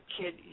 Kid